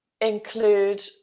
include